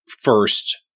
first